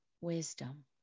wisdom